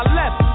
left